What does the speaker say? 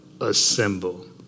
assemble